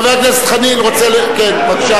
חבר הכנסת חנין, בבקשה.